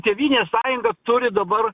tėvynės sąjunga turi dabar